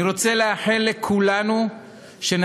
אני